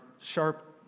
sharp